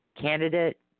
candidate